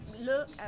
Look